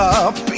up